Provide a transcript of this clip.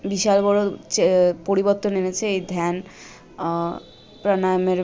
বিশাল বড়ো যে পরিবর্তন এনেছে এই ধ্যান প্রাণায়ামের